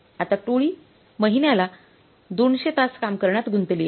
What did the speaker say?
आता टोळी महिन्याला 200 तास काम करण्यात गुंतली आहे